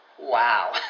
Wow